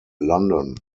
london